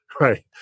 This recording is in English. right